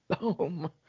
boom